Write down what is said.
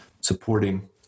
supporting